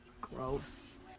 Gross